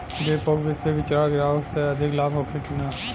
डेपोक विधि से बिचड़ा गिरावे से अधिक लाभ होखे की न?